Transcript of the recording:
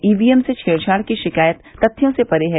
EVM से छेड़छाड़ की शिकायत तथ्यों से परे हैं